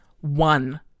one